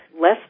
less